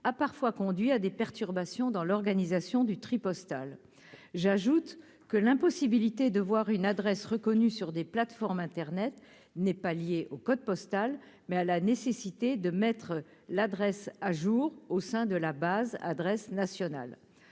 a parfois conduit à des perturbations dans l'organisation du tri postal, j'ajoute que l'impossibilité de voir une adresse reconnue sur des plateformes Internet n'est pas lié au code postal, mais à la nécessité de mettre l'adresse à jour au sein de la base adresse nationale